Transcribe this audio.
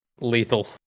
Lethal